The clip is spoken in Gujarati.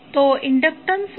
હવે ઇન્ડક્ટન્સ એટલે શું